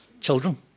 children